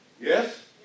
Yes